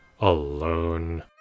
alone